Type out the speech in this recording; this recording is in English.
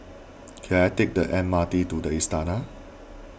can I take the M R T to the Istana